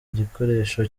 igikoresho